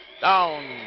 Down